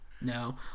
no